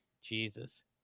Jesus